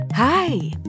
Hi